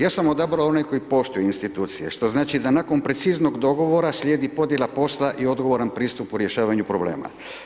Ja sam odabrao onaj koji poštuje institucije, što znači da nakon preciznog dogovora slijedi podjela posla i odgovoran pristup u rješavanju problema.